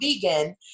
vegan